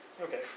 Okay